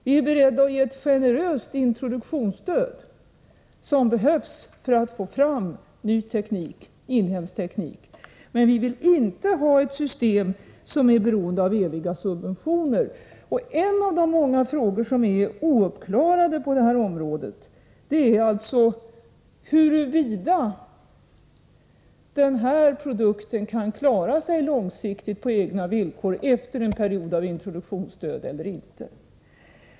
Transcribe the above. Vi är beredda att ge ett generöst introduktionsstöd, vilket behövs för att få fram ny inhemsk teknik. Men vi vill inte ha ett system som är beroende av eviga subventioner. En av de många frågor som är ouppklarade på detta område är huruvida den här produkten kan klara sig långsiktigt på egna villkor efter en period av introduktionsstöd.